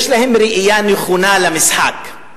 יש להן ראייה נכונה למשחק,